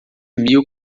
mil